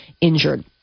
injured